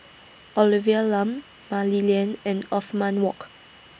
Olivia Lum Mah Li Lian and Othman Wok